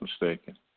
mistaken